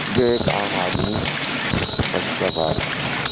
جو ایک عام آدمی کے بس کی بات نہیں نا